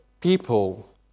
people